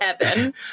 heaven